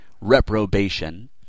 reprobation